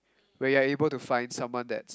where you are able to find someone that